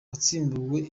wasimbuye